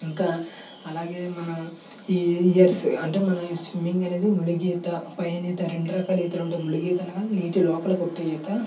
ఇంకా అలాగే మనం ఇయర్స్ అంటే మనం స్విమ్మింగ్ అనేది మిడుగు ఈత పైన ఈత రెండు రకాల ఈతలు ఉంటాయి మిడుగు ఈత అనగానే నీటిలోపల కొట్టే ఈత